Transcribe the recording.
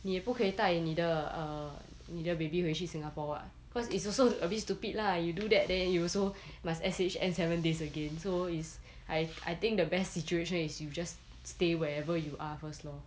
你也不可以带你的 err 你的 baby 回去 singapore [what] cause it's also a bit stupid lah you do that then you also must S_H_N seven days again so is I I think the best situation is you just stay wherever you are first lor